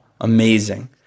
Amazing